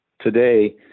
Today